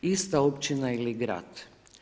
Ista općina ili grad.